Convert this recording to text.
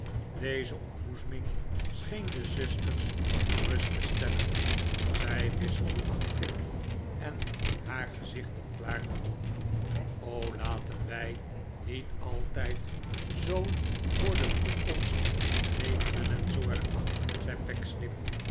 deze ontboezeming scheen de zusters gerust te stellen zij wisselden een blik en haar gezichten klaarden op o r laten wij niet altijd zoo voor de toekomst rekenen en zorgen zei